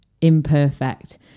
imperfect